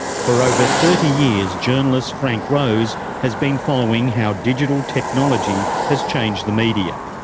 for over thirty years, journalist frank rose has been following how digital technology has changed the media.